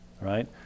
right